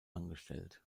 angestellt